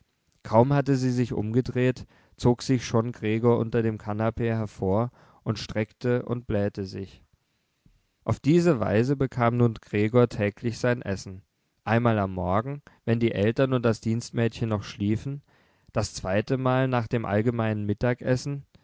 kaum hatte sie sich umgedreht zog sich schon gregor unter dem kanapee hervor und streckte und blähte sich auf diese weise bekam nun gregor täglich sein essen einmal am morgen wenn die eltern und das dienstmädchen noch schliefen das zweite mal nach dem allgemeinen mittagessen